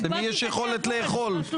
יש לנו דואר אלקטרוני פנימי בארגון,